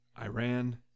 Iran